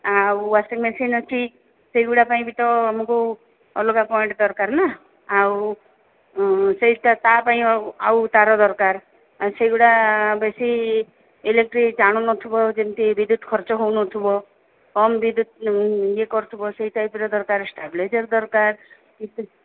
ଆଉ washing machine ଅଛି ସେଗୁଡ଼ାକ ପାଇଁ ବି ତ ଆମକୁ ଅଲଗା ପଏଣ୍ଟ ଦରକାର ନା ଆଉ ସେଇଟା ତା ପାଇଁ ଆଉ ତାର ଦରକାର ସେଗୁଡ଼ା ବେଶୀ ଇଲେକ୍ଟ୍ରି ଟାଣୁ ନ ଥିବ ଯେମିତି ବିଦ୍ୟୁତ୍ ଖର୍ଚ୍ଚ ହେଉ ନଥିବ କମ୍ ବିଦ୍ୟୁତ୍ ଇଏ କରୁଥିବ ସେଇ ଟାଇପ୍ର ଦରକାର ଷ୍ଟାବ୍ଲିଲାଇଜର ଦରକାର